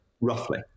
roughly